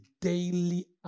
daily